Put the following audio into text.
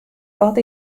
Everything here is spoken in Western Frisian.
wat